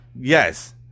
Yes